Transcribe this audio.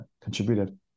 contributed